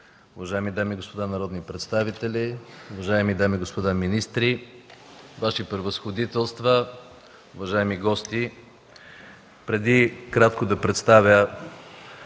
уважаеми дами и господа народни представители, уважаеми дами и господа министри, Ваши Превъзходителства, уважаеми гости! Преди да представя